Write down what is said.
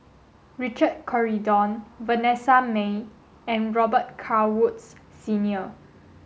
Richard Corridon Vanessa Mae and Robet Carr Woods Senior